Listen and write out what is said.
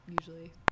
usually